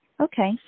Okay